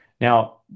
Now